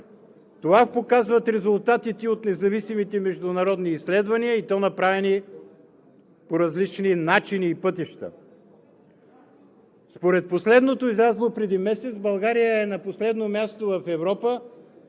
Това показват резултатите от независимите международни изследвания, и то направени по различни начини и пътища. Според последното проучване, излязло преди месец, България е на последно място в Европа